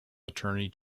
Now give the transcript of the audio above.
attorney